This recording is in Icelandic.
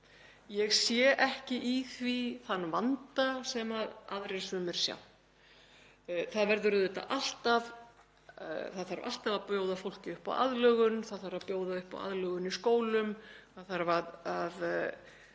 Ég sé ekki í því þann vanda sem sumir aðrir sjá. Það verður auðvitað alltaf að bjóða fólki upp á aðlögun. Það þarf að bjóða upp á aðlögun í skólum, það þarf að